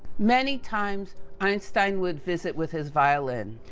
many times, einstein would visit with his violin,